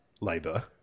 Labour